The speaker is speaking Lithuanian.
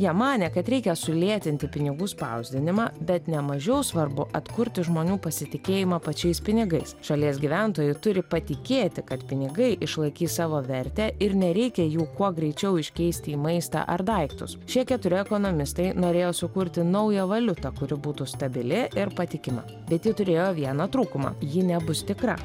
jie manė kad reikia sulėtinti pinigų spausdinimą bet ne mažiau svarbu atkurti žmonių pasitikėjimą pačiais pinigais šalies gyventojai turi patikėti kad pinigai išlaikys savo vertę ir nereikia jų kuo greičiau iškeisti į maistą ar daiktus šie keturi ekonomistai norėjo sukurti naują valiutą kuri būtų stabili ir patikima bet ji turėjo vieną trūkumą ji nebus tikra